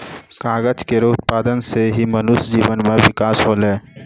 कागज केरो उत्पादन सें ही मनुष्य जीवन म बिकास होलै